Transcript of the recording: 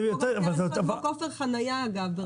כמו כופר חניה אגב.